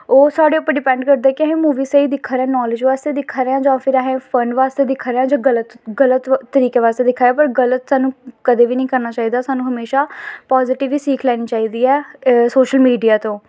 ओह् साढ़े पर डिपैंड करदा कि अस मूवी स्हेई दिक्खा दे आं नॉलेज़ बास्ते दिक्खा दे आं फ्रैंड बास्तै दिक्खा दे आं जां गल्त तरीके बास्तै दिक्खा दे आं पर गल्त सानूं कदें बी निं करना चाहिदा सानूं म्हेशा पाज़िटिव ही सिक्ख लैनी चाहिदी ऐ ते सोशल मीडिया तो